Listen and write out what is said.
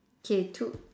K two